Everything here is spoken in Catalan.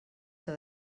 que